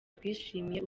twishimiye